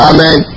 Amen